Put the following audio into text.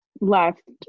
left